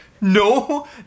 no